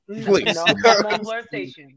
Please